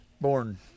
born